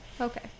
Okay